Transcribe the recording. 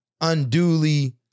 unduly